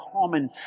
common